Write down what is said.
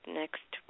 next